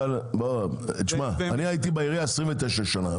אבל אני הייתי בעירייה 29 שנה,